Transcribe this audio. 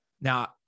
Now